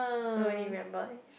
don't really remember leh